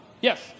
Yes